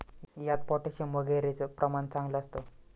यात पोटॅशियम वगैरेचं प्रमाण चांगलं असतं